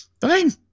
Fine